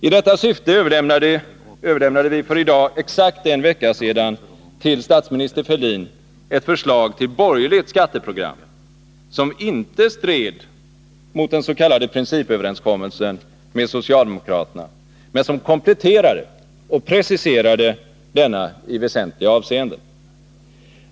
I detta syfte överlämnade vi för i dag exakt en vecka sedan till statsminister Fälldin ett förslag till borgerligt skatteprogram, som inte stred mot den s.k. principöverenskommelsen med socialdemokraterna men som kompletterade och preciserade denna i väsentliga avseenden.